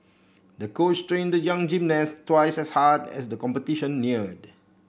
the coach trained the young gymnast twice as hard as the competition neared